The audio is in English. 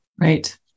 right